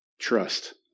trust